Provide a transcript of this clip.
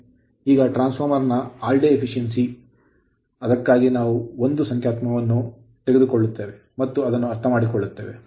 ಈಗ transformer ನ all day efficency ದಿನವಿಡೀ ದಕ್ಷತೆ ಅದಕ್ಕಾಗಿ ನಾವು 1 ಸಂಖ್ಯಾತ್ಮಕವನ್ನು ತೆಗೆದುಕೊಳ್ಳುತ್ತೇವೆ ಮತ್ತು ಅದನ್ನು ಅರ್ಥಮಾಡಿಕೊಳ್ಳುತ್ತೇವೆ